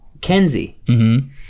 Kenzie